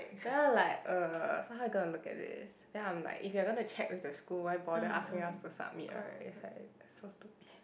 then I like uh so how you gonna look at this then I'm like if you gonna check with the school why bother asking us to submit right is like so stupid